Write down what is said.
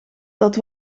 dat